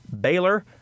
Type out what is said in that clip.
Baylor